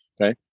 Okay